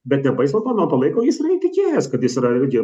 bet nepaisant to nuo to laiko jis yra įtikėjęs kad jis yra irgi